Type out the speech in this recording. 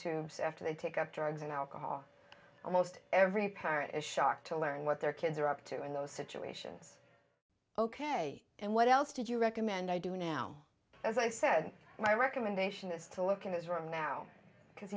tubes after they take up drugs and alcohol almost every parent is shocked to learn what their kids are up to in those situations ok and what else did you recommend i do now as i said my recommendation is to look in his room now because